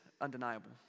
undeniable